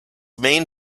main